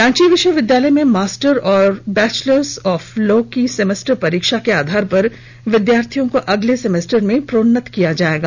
रांची विश्वविद्यालय में मास्टर और बैचलर ऑफ लॉ की सेमेस्टर परीक्षा के आधार पर विद्यार्थियों को अगले सेमेस्टर में प्रोन्नत किया जायेगा